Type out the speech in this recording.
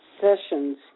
sessions